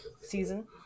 season